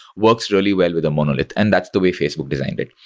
works really well with a monolith, and that's the way facebook designed it.